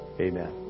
Amen